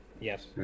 Yes